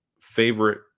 favorite